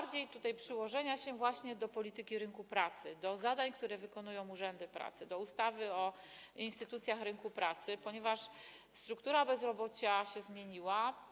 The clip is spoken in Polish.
Większego przyłożenia się do polityki rynku pracy, do zadań, które wykonują urzędy pracy, do ustawy o instytucjach rynku pracy, ponieważ struktura bezrobocia się zmieniła.